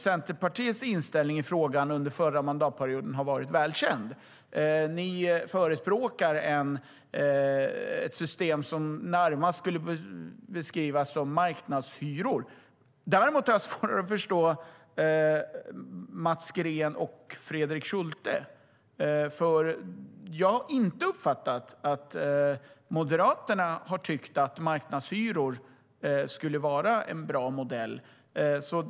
Centerpartiets inställning i frågan var nämligen väl känd under den förra mandatperioden - de förespråkar ett system som närmast skulle kunna beskrivas som marknadshyror. Däremot har jag svårare att förstå Mats Green och Fredrik Schulte, för jag har inte uppfattat att Moderaterna har tyckt att marknadshyror skulle vara en bra modell.